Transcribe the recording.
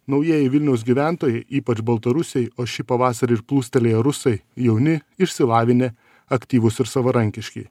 naujieji vilniaus gyventojai ypač baltarusiai o šį pavasarį ir plūstelėję rusai jauni išsilavinę aktyvūs ir savarankiški